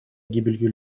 гибелью